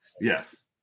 Yes